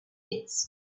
pits